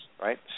Right